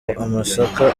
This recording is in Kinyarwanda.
amasaka